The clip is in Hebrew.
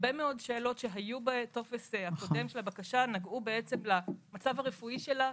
הרבה מאוד שאלות שהיו בטופס הקודם של הבקשה נגעו למצב הרפואי שלה,